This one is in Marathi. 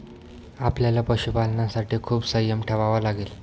आपल्याला पशुपालनासाठी खूप संयम ठेवावा लागेल